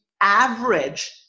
average